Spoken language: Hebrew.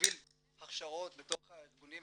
להוביל הכשרות בתוך הארגונים,